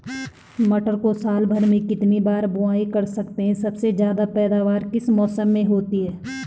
मटर को साल भर में कितनी बार बुआई कर सकते हैं सबसे ज़्यादा पैदावार किस मौसम में होती है?